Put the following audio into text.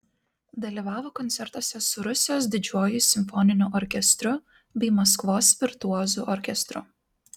dalyvavo koncertuose su rusijos didžiuoju simfoniniu orkestru bei maskvos virtuozų orkestru